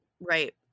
right